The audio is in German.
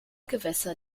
gewässer